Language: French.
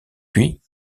puis